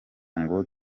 ngo